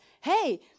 hey